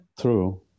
True